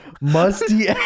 Musty